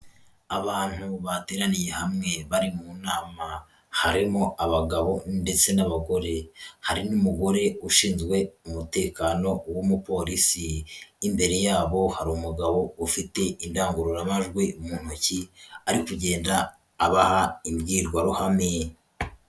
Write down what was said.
Abantu bateraniye hamwe bari mu nama, harimo abagabo ndetse n'abagore, hari n'umugore ushinzwe umutekano w'umupolisi, imbere y'abo hari umugabo ufite indangururamajwi mu ntoki ari kugenda abaha imbwirwaruhame.